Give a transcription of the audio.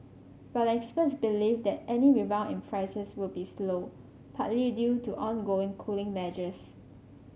but experts believe that any rebound in prices will be slow partly due to ongoing cooling measures